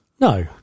No